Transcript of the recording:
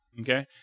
okay